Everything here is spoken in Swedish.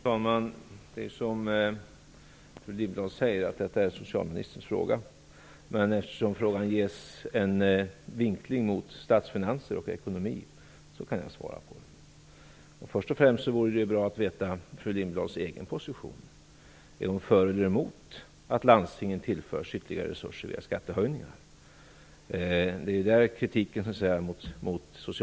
Fru talman! Detta är, som fru Lindblad säger, socialministerns fråga. Men eftersom frågan ges en vinkling mot statsfinanser och ekonomi kan jag svara på den. Först och främst vore det bra att få veta fru Lindblads egen position. Är hon för eller emot att landstingen tillförs ytterligare resurser via skattehöjningar? Det är där kritiken mot socialministern grundas, så att säga.